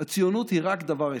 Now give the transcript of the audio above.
הציונות היא רק דבר אחד: